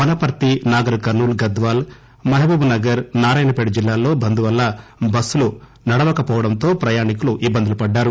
Wanaparthy Nagarkurnool Gadwal Mahabubnagar Narayanpet జిల్లాల్లో బంద్ వల్ల బస్సులు నడవకవోవడంతో ప్రయాణికులు ఇట్బందులు పడ్డారు